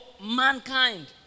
mankind